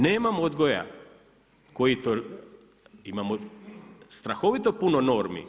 Nemamo odgoja koji to, imamo strahovito puno normi.